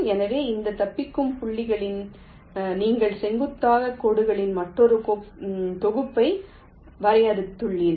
எனவே இந்த தப்பிக்கும் புள்ளிகளில் நீங்கள் செங்குத்தாக கோடுகளின் மற்றொரு தொகுப்பை வரையறுத்துள்ளீர்கள்